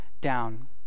down